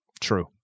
True